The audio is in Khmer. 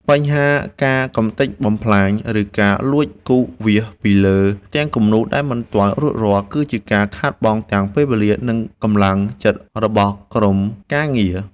បញ្ហាការកម្ទេចបំផ្លាញ ឬការលួចគូសវាសពីលើផ្ទាំងគំនូរដែលមិនទាន់រួចរាល់ គឺជាការខាតបង់ទាំងពេលវេលា និងកម្លាំងចិត្តរបស់ក្រុមការងារ។